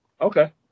Okay